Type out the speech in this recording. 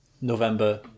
November